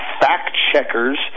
fact-checkers